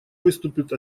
выступит